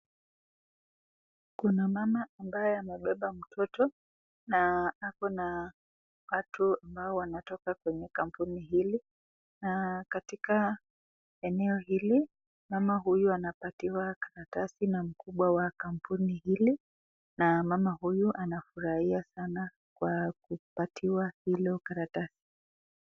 Kuna mama ambaye amebeba mtoto na kuna watu ambao wanatoka kwenye kampuni hii na katika eneo hili mama huyu anapatiwa karatasi na mkubwa wa kampuni hii na mama huyu anafurahia sana kwa kupatiwa hiyo karatasi.